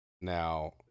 now